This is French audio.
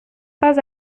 pas